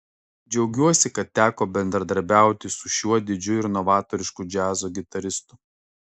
džiaugiuosi kad teko bendradarbiauti su šiuo didžiu ir novatorišku džiazo gitaristu